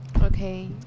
Okay